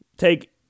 Take